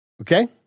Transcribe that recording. Okay